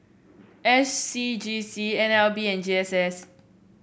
S C G C N L B and G S S